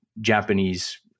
Japanese